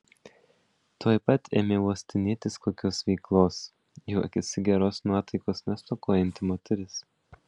tuoj pat ėmiau uostinėtis kokios veiklos juokėsi geros nuotaikos nestokojanti moteris